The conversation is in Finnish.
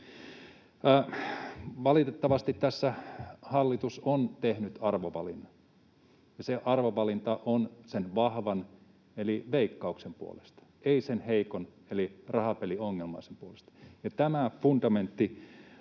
Valitettavasti tässä hallitus on tehnyt arvovalinnan, ja se arvovalinta on sen vahvan eli Veikkauksen puolesta, ei sen heikon eli rahapeliongelmaisten puolesta. Ja tämä fundamentti,